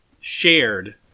shared